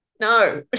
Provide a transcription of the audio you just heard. No